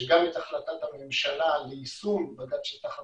יש גם את החלטת הממשלה ליישום בג"ץ שטח המחייה.